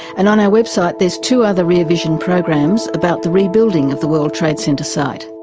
and on our website there's two other rear vision programs about the rebuilding of the world trade center site.